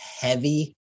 heavy